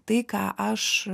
tai ką aš